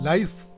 Life